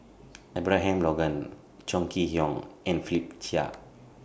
Abraham Logan Chong Kee Hiong and Philip Chia